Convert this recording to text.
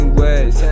ways